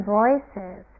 voices